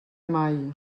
mai